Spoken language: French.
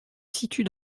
situe